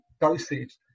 dosage